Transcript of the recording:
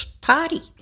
party